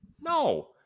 No